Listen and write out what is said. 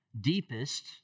deepest